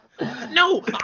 no